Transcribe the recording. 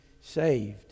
saved